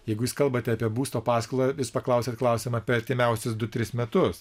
jeigu jūs kalbate apie būsto paskolą vis paklausiat klausimą apie artimiausius du tris metus